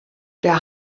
der